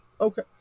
Okay